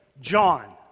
John